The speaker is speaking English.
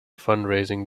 fundraising